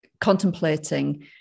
contemplating